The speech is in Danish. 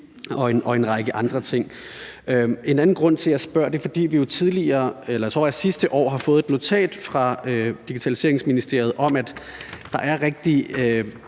og en række andre ting. En anden grund til, at jeg spørger er, at vi sidste år, tror jeg, det var, har fået et notat fra Digitaliseringsministeriet om, at rigtig